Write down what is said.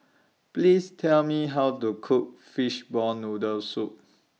Please Tell Me How to Cook Fishball Noodle Soup